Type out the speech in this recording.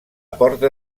porta